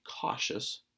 cautious